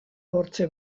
hortxe